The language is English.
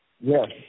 Yes